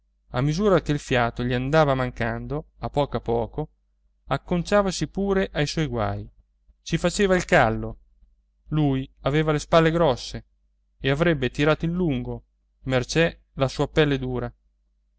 a misura che il fiato gli andava mancando a poco a poco acconciavasi pure ai suoi guai ci faceva il callo lui aveva le spalle grosse e avrebbe tirato in lungo mercé la sua pelle dura